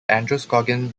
androscoggin